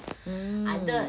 mm